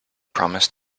promised